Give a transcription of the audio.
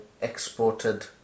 exported